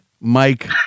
Mike